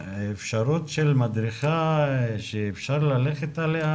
הצורך במדרכה שאפשר ללכת בה,